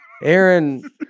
Aaron